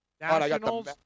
Nationals